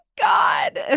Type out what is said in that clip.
God